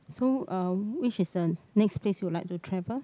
so um which is the next place you would like to travel